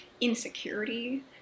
insecurity